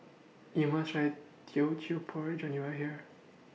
YOU must Try Teochew Porridge when YOU Are here